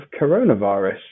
coronavirus